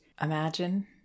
imagine